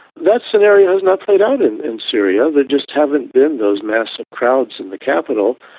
that scenario has not played out in in syria. there just haven't been those massive crowds in the capital,